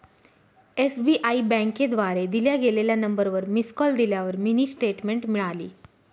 SBI बँकेद्वारे दिल्या गेलेल्या नंबरवर मिस कॉल दिल्यावर मिनी स्टेटमेंट मिळाली